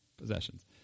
Possessions